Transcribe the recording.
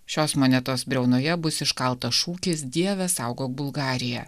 šios monetos briaunoje bus iškaltas šūkis dieve saugok bulgariją